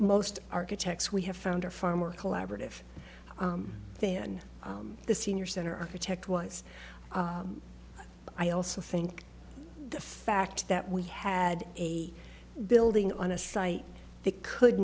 most architects we have found are far more collaborative than the senior center architect was i also think the fact that we had a building on a site they could